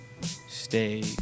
stay